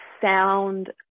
sound